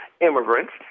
immigrants